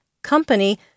company